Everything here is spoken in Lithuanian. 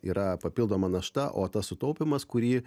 yra papildoma našta o tas sutaupymas kurį